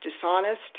dishonest